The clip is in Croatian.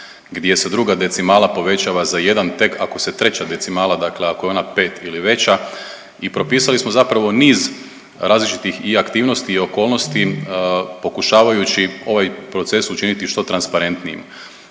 gdje se druga decimala povećava za jedan tek ako se treća decimala dakle ako je ona 5 ili veća i propisali smo zapravo niz različitih i aktivnosti i okolnosti pokušavajući ovaj proces učiniti što transparentnijim.